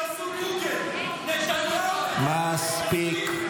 שיעשו גוגל, נתניהו --- מספיק.